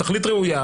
התכלית ראויה,